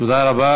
תודה רבה.